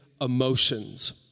emotions